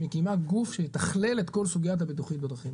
מקימה גוף שיתכלל את כל סוגיית הבטיחות בדרכים,